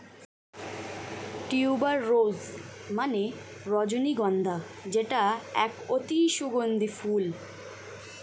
tuber rose মানে রজনীগন্ধা যেটা এক অতি সুগন্ধি ফুল